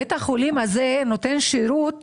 בית החולים הזה נותן שירות